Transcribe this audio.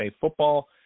football